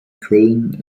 köln